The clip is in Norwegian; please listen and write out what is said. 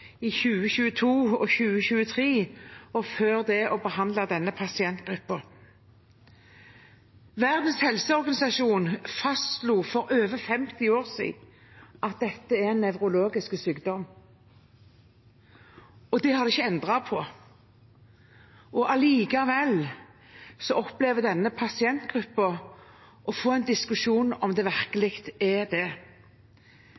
i 2022 og 2023 og før det til å behandle denne pasientgruppen. Verdens helseorganisasjon fastslo for over 50 år siden at dette er en nevrologisk sykdom, og det har de ikke endret på. Allikevel opplever denne pasientgruppen å få en diskusjon om det